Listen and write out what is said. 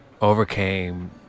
overcame